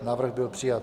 Návrh byl přijat.